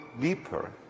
deeper